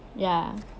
ya